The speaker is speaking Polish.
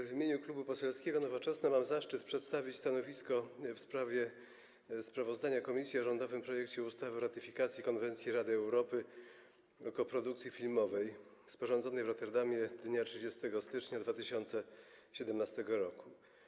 W imieniu Klubu Poselskiego Nowoczesna mam zaszczyt przedstawić stanowisko w sprawie sprawozdania komisji o rządowym projekcie ustawy o ratyfikacji Konwencji Rady Europy o koprodukcji filmowej (poprawionej), sporządzonej w Rotterdamie dnia 30 stycznia 2017 r.